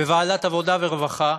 בוועדת העבודה והרווחה